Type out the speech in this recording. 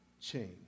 change